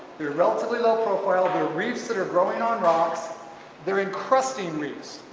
they're relatively low profile they're reefs that are growing on rocks they're encrusting reefs.